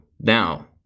now